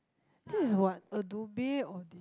this is what Adobe Audition